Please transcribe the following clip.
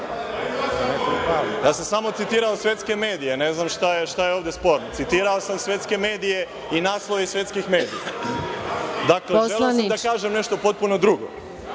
Ja sam samo citirao svetske medije. Ne znam šta je sporno. Citirao sam svetske medije i naslove iz svetskih medija. Hteo sam da kažem nešto potpuno drugo.